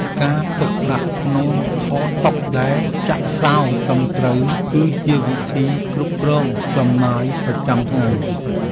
ការទុកលុយក្នុងថតតុដែលចាក់សោត្រឹមត្រូវ គឺជាវិធីគ្រប់គ្រងចំណាយប្រចាំថ្ងៃ។